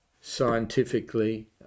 scientifically